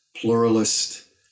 pluralist